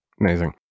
Amazing